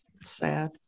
Sad